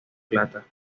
plata